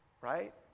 right